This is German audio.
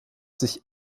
sich